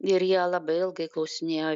ir jie labai ilgai klausinėjo